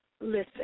Listen